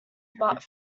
but